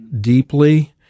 deeply